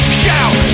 shout